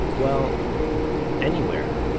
well anywhere